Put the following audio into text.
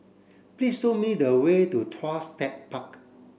please show me the way to Tuas Tech Park